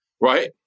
right